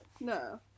no